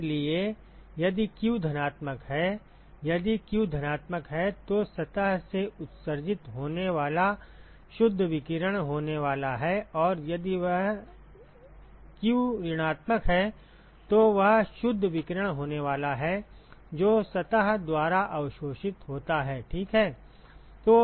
इसलिए यदि q धनात्मक है यदि q धनात्मक है तो सतह से उत्सर्जित होने वाला शुद्ध विकिरण होने वाला है और यदि यह q ऋणात्मक है तो वह शुद्ध विकिरण होने वाला है जो सतह द्वारा अवशोषित होता है ठीक है